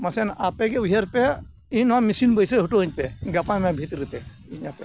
ᱢᱟᱥᱮ ᱟᱯᱮᱜᱮ ᱩᱭᱦᱟᱹᱨ ᱯᱮ ᱤᱧ ᱱᱚᱣᱟ ᱢᱮᱥᱤᱱ ᱵᱟᱹᱭᱥᱟᱹᱣ ᱦᱚᱴᱚᱣᱟᱹᱧ ᱯᱮ ᱜᱟᱯᱟ ᱢᱤᱭᱟᱹᱝ ᱵᱷᱤᱛᱨᱤᱛᱮ ᱤᱧ ᱟᱯᱮ